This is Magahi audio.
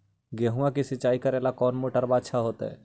गेहुआ के सिंचाई करेला कौन मोटरबा अच्छा होतई?